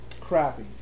crappy